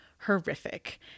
horrific